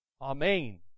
Amen